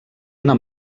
una